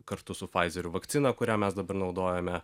kartu su faizer ir vakciną kurią mes dabar naudojame